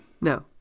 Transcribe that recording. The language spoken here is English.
No